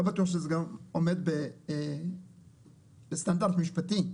לא בטוח שזה גם עומד בסטנדרטים משפטיים.